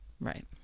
right